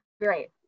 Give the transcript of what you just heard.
great